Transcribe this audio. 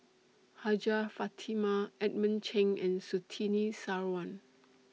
Hajjah Fatimah Edmund Cheng and Surtini Sarwan